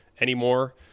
anymore